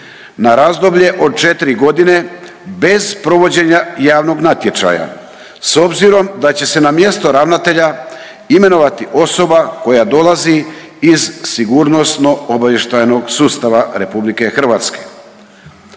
na razdoblje od 4 godine bez provođenja javnog natječaja. S obzirom da će se na mjesto ravnatelja imenovati osoba koja dolazi iz sigurnosno-obavještajnog sustava Republike Hrvatske.